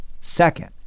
Second